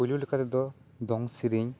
ᱯᱩᱭᱞᱳ ᱞᱮᱠᱟ ᱛᱮᱫᱚ ᱫᱚᱝ ᱥᱮᱨᱮᱧ